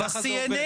ככה זה עובד.